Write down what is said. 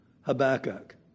Habakkuk